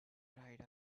pride